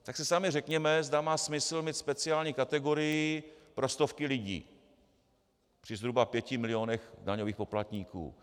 Tak si sami řekněme, zda má smysl mít speciální kategorii pro stovky lidí při zhruba pěti milionech daňových poplatníků.